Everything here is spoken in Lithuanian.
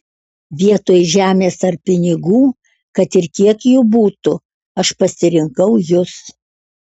vietoj žemės ar pinigų kad ir kiek jų būtų aš pasirinkau jus